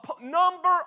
number